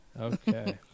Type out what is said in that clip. Okay